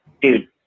dude